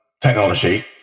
technology